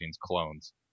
clones